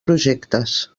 projectes